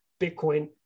Bitcoin